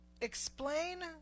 Explain